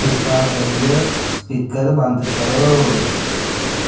किरपा करियै स्पीकर बंद करो